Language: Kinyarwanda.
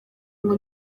ngo